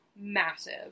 massive